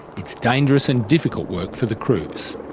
it's dangerous and difficult work for the crews,